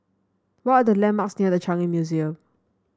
what are the landmarks near The Changi Museum